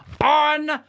on